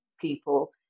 people